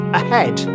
ahead